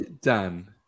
Dan